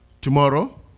tomorrow